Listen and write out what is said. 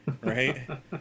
right